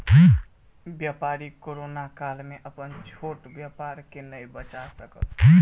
व्यापारी कोरोना काल में अपन छोट व्यापार के नै बचा सकल